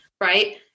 Right